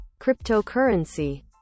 cryptocurrency